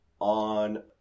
on